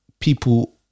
People